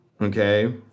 Okay